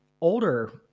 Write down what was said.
older